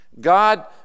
God